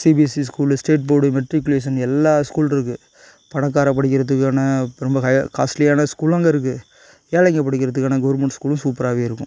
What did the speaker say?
CBSE ஸ்கூல்லு state board matriculation எல்லா school இருக்கு பணக்கார படிக்கறதுக்கான ரொம்ப ஹையர் காஸ்ட்லியான ஸ்கூலும் அங்கே இருக்கு ஏழைங்க படிக்கறதுக்கான கவுர்மெண்ட்டு ஸ்கூலும் சூப்பராகவே இருக்கும்